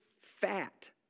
fat